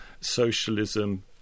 socialism